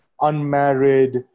unmarried